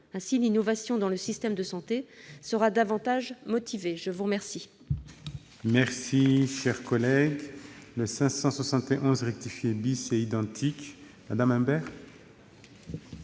Ainsi, l'innovation dans le système de santé sera davantage motivée. La parole